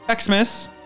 xmas